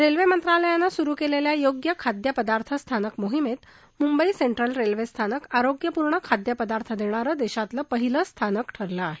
railway मंत्रालयानं सुरू केलेल्या योग्य खाद्य पदार्थ स्थानक मोहिमेत मुंबई सेंट्रल रेल्वे स्थानक आरोग्यपूर्ण खाद्य पदार्थ देणारं देशातलं पहिलं स्थानक ठरलं आहे